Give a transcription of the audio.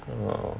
orh